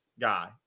guy